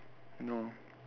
no